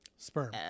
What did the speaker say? Sperm